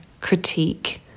critique